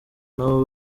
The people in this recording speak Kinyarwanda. nabo